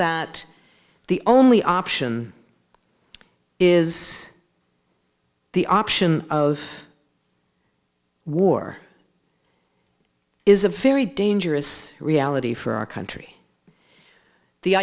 that the only option is the option of war is a very dangerous reality for our country the